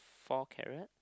four carrot